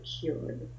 cured